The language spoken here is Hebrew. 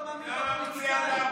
מי מאמין לפוליטיקאים?